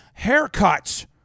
haircuts